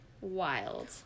Wild